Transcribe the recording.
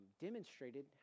demonstrated